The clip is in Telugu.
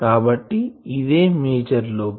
కాబట్టి ఇదే మేజర్ లోబ్